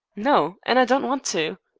no, and i don't want to.